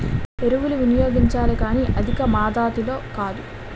ఎరువులు వినియోగించాలి కానీ అధికమాతాధిలో కాదు